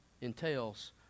entails